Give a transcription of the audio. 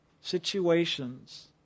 situations